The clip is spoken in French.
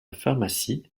pharmacie